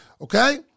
okay